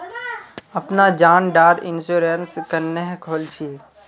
अपना जान डार इंश्योरेंस क्नेहे खोल छी?